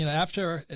and after,